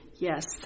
Yes